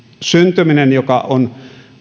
syntyminen joka on